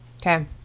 Okay